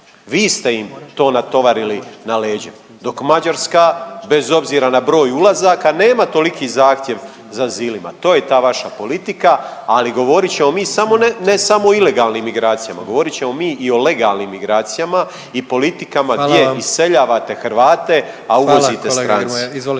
Vi ste im to natovarili na leđa dok Mađarska bez obzira na broj ulazaka nema toliki zahtjev za azilima. To je ta vaša politika, ali govorit ćemo mi ne samo o ilegalnim migracijama. Govorit ćemo mi i o legalnim migracijama i politikama gdje iseljavate Hrvate … …/Upadica